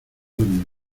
dormido